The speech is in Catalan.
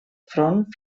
front